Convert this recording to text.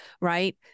right